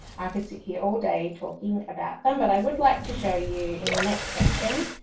i could sit here all day talking about them but i would like to show you in the next section,